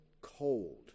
cold